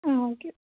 ആ ഓക്കേ